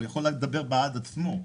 הוא יכול לדבר בעד עצמו.